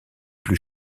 plus